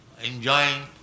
enjoying